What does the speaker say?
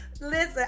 Listen